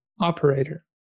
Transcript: operator